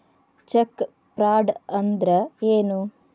Check fraud ಅಂದ್ರ ಏನು?